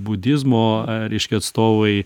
budizmo reiškia atstovai